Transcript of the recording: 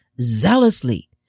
zealously